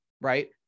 right